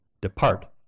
depart